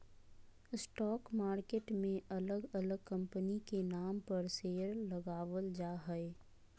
stock market मे अलग अलग कंपनी के नाम पर शेयर लगावल जा हय